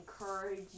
encourage